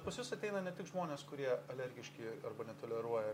pas jus ateina ne tik žmonės kurie alergiški arba netoleruoja